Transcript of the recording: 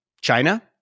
China